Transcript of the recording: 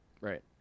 right